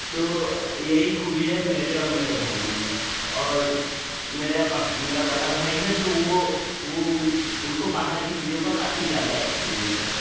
तो यही खूबी है मेरे और मेरे भाइयों में और मेरा बड़ा भाई है तो वो वो उसको बाहर की चीज़ों का काफ़ी ज़्यादा एक्सपीरियंस है